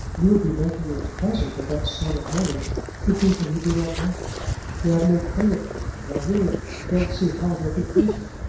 you would be making a present of that sum of money to people who do not want it who have no claim upon you. i really don't see how they could take it.